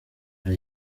hari